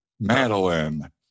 Madeline